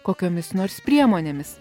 kokiomis nors priemonėmis